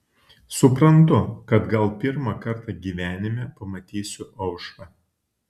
suprantu kad gal pirmą kartą gyvenime pamatysiu aušrą